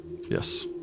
Yes